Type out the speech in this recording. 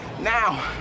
Now